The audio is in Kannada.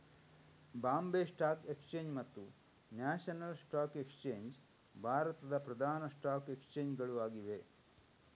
ಬಾಂಬೆ ಸ್ಟಾಕ್ ಎಕ್ಸ್ಚೇಂಜ್ ಮತ್ತು ನ್ಯಾಷನಲ್ ಸ್ಟಾಕ್ ಎಕ್ಸ್ಚೇಂಜ್ ಭಾರತದ ಪ್ರಧಾನ ಸ್ಟಾಕ್ ಎಕ್ಸ್ಚೇಂಜ್ ಗಳು ಆಗಿವೆ